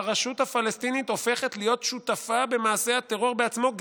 הרשות הפלסטינית הופכת להיות שותפה במעשה הטרור בעצמו,